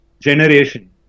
Generation